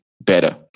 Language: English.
better